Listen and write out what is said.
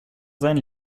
sein